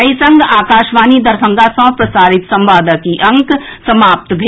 एहि संग आकाशवाणी दरभंगा सँ प्रसारित संवादक ई अंक समाप्त भेल